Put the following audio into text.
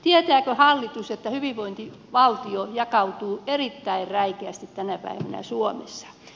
tietääkö hallitus että hyvinvointivaltio jakautuu erittäin räikeästi tänä päivänä suomessa